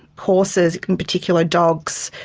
horses in particular, dogs,